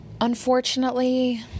Unfortunately